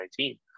2019